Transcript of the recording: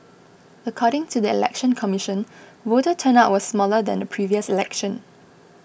according to the Election Commission voter turnout was smaller than the previous election